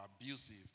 abusive